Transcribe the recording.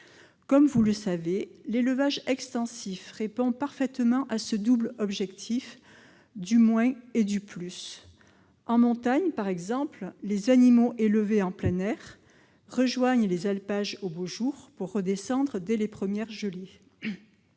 Comme vous le savez, l'élevage extensif répond parfaitement à ce double objectif du moins et du plus. En montagne, par exemple, les animaux élevés en plein air rejoignent les alpages aux beaux jours pour redescendre dès les premières gelées.